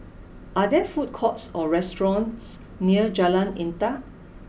are there food courts or restaurants near Jalan Intan